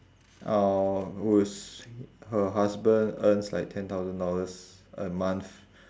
uh whose her husband earns like ten thousand dollars a month